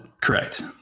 Correct